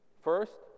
First